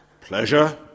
pleasure